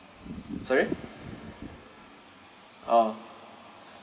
sorry orh